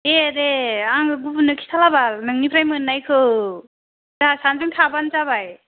दे दे आङो गुबुननो खिथाला बाल नोंनिफ्राय मोननायखौ दा सानैजों थाबान जाबाय